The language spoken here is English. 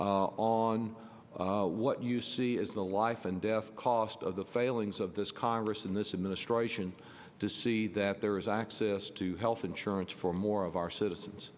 on what you see as the life and death cost of the failings of this congress in this administration to see that there is access to health insurance for more of our citizens